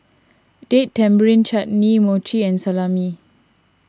Date Tamarind Chutney Mochi and Salami